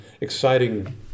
exciting